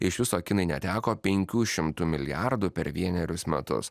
iš viso kinai neteko penkių šimtų milijardų per vienerius metus